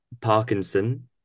Parkinson